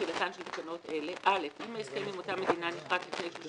תחילתן של תקנות אלה (א) אם ההסכם עם אותה מדינה נכרת לפני 30